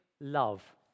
love